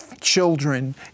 children